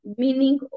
meaning